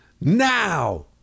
now